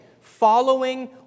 Following